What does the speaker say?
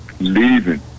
leaving